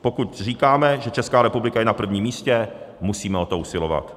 Pokud říkáme, že Česká republika je na prvním místě, musíme o to usilovat.